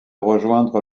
rejoindre